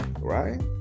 right